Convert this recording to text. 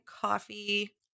coffee